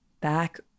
back